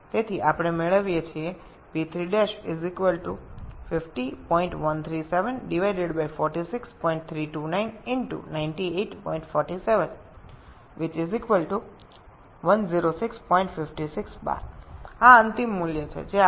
সুতরাং আমরা পাই P3' 5013746329x 9847 10656 bar এটিই আমাদের চূড়ান্ত মান